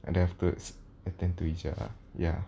and then afterwards attend to ija ya